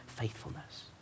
Faithfulness